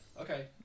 Okay